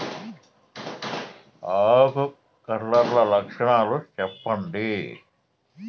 ఆకు కర్ల లక్షణాలు సెప్పండి